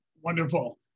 Wonderful